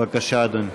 בבקשה, אדוני.